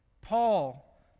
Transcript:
Paul